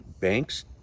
banks